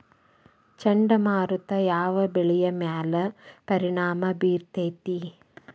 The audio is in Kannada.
ಚಂಡಮಾರುತ ಯಾವ್ ಬೆಳಿ ಮ್ಯಾಲ್ ಪರಿಣಾಮ ಬಿರತೇತಿ?